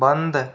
बंद